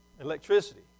electricity